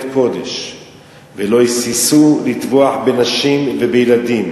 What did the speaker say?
קודש ולא היססו לטבוח בנשים ובילדים,